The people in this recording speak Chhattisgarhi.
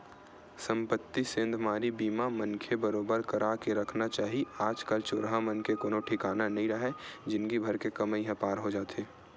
संपत्ति सेंधमारी बीमा मनखे बरोबर करा के रखना चाही आज कल चोरहा मन के कोनो ठिकाना नइ राहय जिनगी भर के कमई ह पार हो जाथे